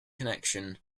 connection